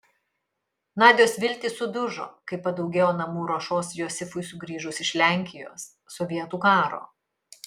nadios viltys sudužo kai padaugėjo namų ruošos josifui sugrįžus iš lenkijos sovietų karo